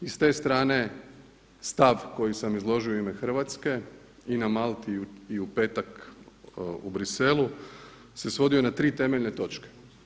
I s te strane stav koji sam izložio u ime Hrvatske i na Malti i u petak u Bruxellesu se svodio na tri temeljne točke.